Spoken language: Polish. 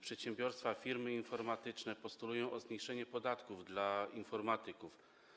Przedsiębiorstwa, firmy informatyczne postulują o zmniejszenie podatków nakładanych na informatyków.